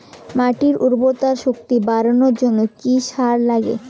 মাটির উর্বর শক্তি বাড়ানোর জন্য কি কি সার লাগে?